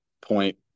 point